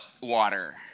water